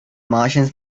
martians